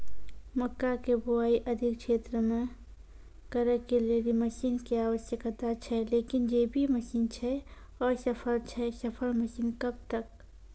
मक्का के बुआई अधिक क्षेत्र मे करे के लेली मसीन के आवश्यकता छैय लेकिन जे भी मसीन छैय असफल छैय सफल मसीन कब तक?